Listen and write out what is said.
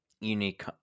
unique